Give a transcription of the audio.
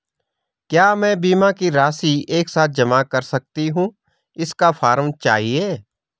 क्या मैं बीमा की राशि एक साथ जमा कर सकती हूँ इसका फॉर्म चाहिए?